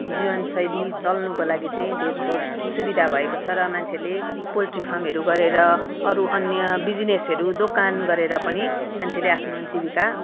जीवन शैली चल्नुको लागि चाहिँ धेर थोर सुविधा भएको छ र मान्छेले पोल्ट्री फार्महरू गरेर अरू अन्य बिजिनेसहरू दोकान गरेर पनि मान्छेले आफ्नो जीविका